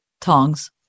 Tongs